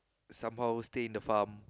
somehow stay in the farm